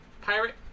pirate